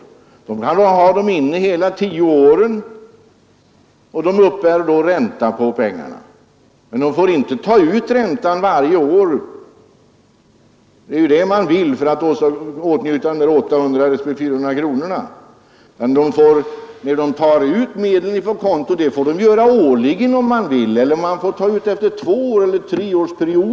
Kontoinnehavaren kan ha medlen innestående hela tioårsperioden och uppbära ränta på pengarna, men han får inte ta ut räntan varje år för att åtnjuta avdraget på 800 respektive 400 kronor. Däremot får han ta ut medel från kontot årligen eller vartannat eller vart tredje år.